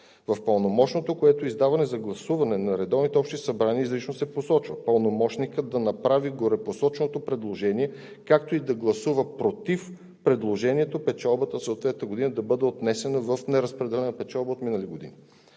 В пълномощното, което се издава, за гласуване на редовните общи събрания изрично се посочва: „Пълномощникът да направи горепосоченото предложение, както и да гласува против предложението печалбата за съответната година да бъде отнесена в „Неразпределена печалба“ от минали години“.